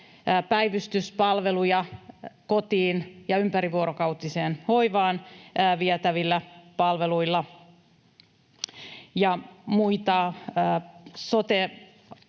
päivystyspalveluja kotiin ja ympärivuorokautiseen hoivaan vietävillä palveluilla. Ja muita sote-palveluita,